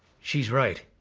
she's right.